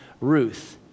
Ruth